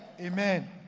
Amen